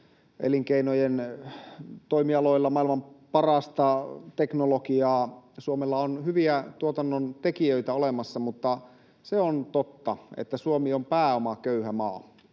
elinkeinojen toimialoilla maailman parasta teknologiaa. Suomella on hyviä tuotannontekijöitä olemassa, mutta se on totta, että Suomi on pääomaköyhä maa.